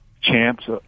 champs